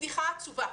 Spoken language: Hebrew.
בדיחה עצובה.